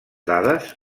dades